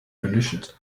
conditions